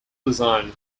design